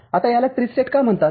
आता याला ट्रिस्टेट का म्हणतात